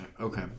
Okay